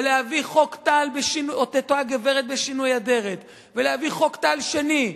ולהביא את אותה הגברת בשינוי האדרת ולהביא חוק טל שני,